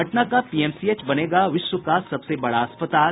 पटना का पीएमसीएच बनेगा विश्व का सबसे बड़ा अस्पताल